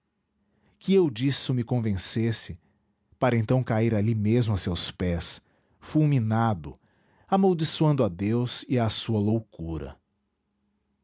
que eu disso me convencesse para então cair ali mesmo a seus pés fulminado amaldiçoando a deus e à sua loucura